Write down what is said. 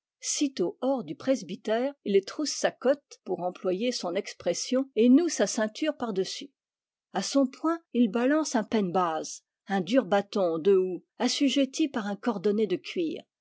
sitôt hors du presbytère il trousse sa cotte pour employer son expression et noue sa ceinture par-dessus a son poing il balance un pennbaz un dur bâton de houx assujetti par un cordonnet de cuir